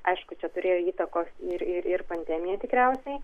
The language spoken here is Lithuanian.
aišku čia turėjo įtakos ir ir ir pandemija tikriausiai